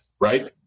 right